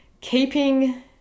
keeping